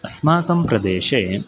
अस्माकं प्रदेशे